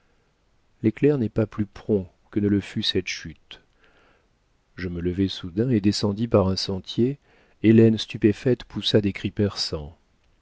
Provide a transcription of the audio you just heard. l'éclair n'est pas plus prompt que ne le fut cette chute je me levai soudain et descendis par un sentier hélène stupéfaite poussa des cris perçants